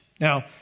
Now